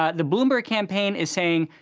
ah the bloomberg campaign is saying,